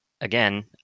again